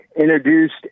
introduced